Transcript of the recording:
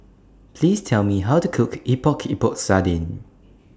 Please Tell Me How to Cook Epok Epok Sardin